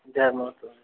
जै माता दी